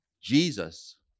Jesus